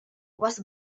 was